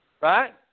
Right